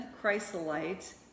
chrysolite